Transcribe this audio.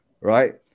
right